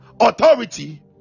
authority